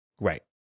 Right